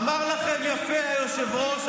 אמר לכם יפה היושב-ראש,